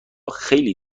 خیلی